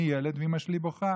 אני ילד, ואימא שלי בוכה.